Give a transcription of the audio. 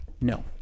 No